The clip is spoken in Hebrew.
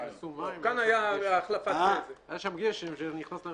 נכנסו מים, היה שם גשם שנכנס.